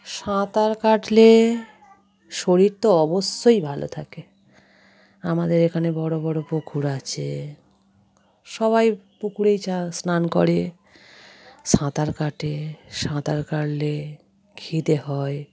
সাঁতার কাটলে শরীর তো অবশ্যই ভালো থাকে আমাদের এখানে বড় বড় পুকুর আছে সবাই পুকুরেই চা স্নান করে সাঁতার কাটে সাঁতার কাটলে খিদে হয়